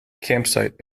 campsite